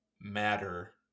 matter